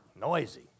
noisy